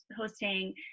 hosting